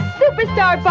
superstar